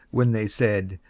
when they said,